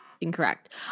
incorrect